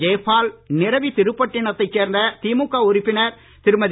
ஜெயபால் நிரவி திருப்பட்டிணத்தைச் சேர்ந்த திமுக உறுப்பினர் திருமதி